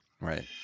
right